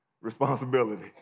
responsibility